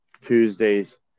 Tuesdays